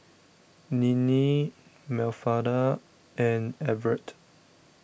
Ninnie Mafalda and Everet